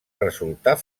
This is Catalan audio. resultar